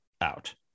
out